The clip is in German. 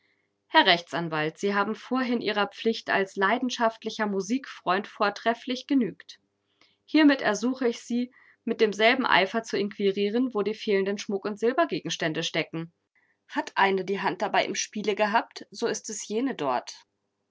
herr rechtsanwalt sie haben vorhin ihrer pflicht als leidenschaftlicher musikfreund vortrefflich genügt hiermit ersuche ich sie mit demselben eifer zu inquirieren wo die fehlenden schmuck und silbergegenstände stecken hat eine die hand dabei im spiele gehabt so ist es jene dort